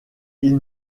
ils